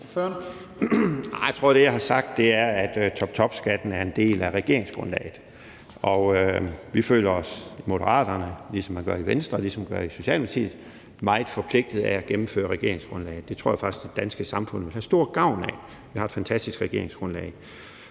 Jeg tror, at det, jeg har sagt, er, at toptopskatten er en del af regeringsgrundlaget, og vi føler os i Moderaterne, ligesom man gør i Venstre, ligesom man gør i Socialdemokratiet meget forpligtet af at gennemføre regeringsgrundlaget. Det tror jeg faktisk det danske samfund vil have stor gavn af. Vi har et fantastisk regeringsgrundlag.